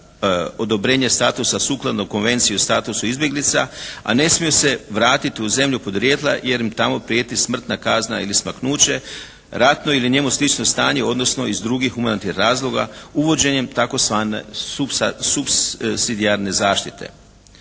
odobrenje statusa sukladno Konvenciji o statusu izbjeglica, a ne smiju se vratiti u zemlju podrijetla jer im tamo prijeti smrtna kazna ili smaknuće, ratno ili njemu slično stanje odnosno iz drugih humanitarnih razloga uvođenjem tzv. supsidijarne zaštite.